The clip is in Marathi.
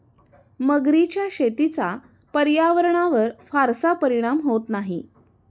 मगरीच्या शेतीचा पर्यावरणावर फारसा परिणाम होत नाही